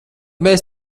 mēs